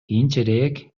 кийинчерээк